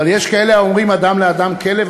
אבל יש כאלה האומרים "אדם לאדם כלב".